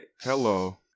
Hello